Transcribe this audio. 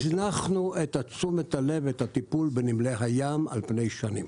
הזנחנו את תשומת הלב והטיפול בנמלי הים על פני שנים.